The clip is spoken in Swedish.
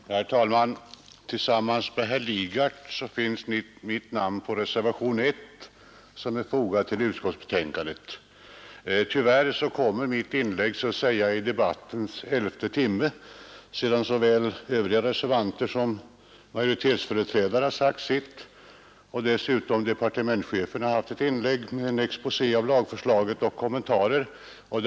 Herr talman! Tillsammans med herr Lidgard har jag fogat reservationen I vid utskottsbetänkandet. Tyvärr kommer mitt inlägg så att säga i debattens elfte timme sedan såväl övriga reservanter som majoritetens företrädare sagt sitt och sedan dessutom departementschefen har gjort ett inlägg med en exposé över lagförslaget och kommentarer till det.